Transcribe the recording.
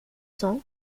cents